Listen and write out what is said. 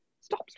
stop